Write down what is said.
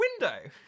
window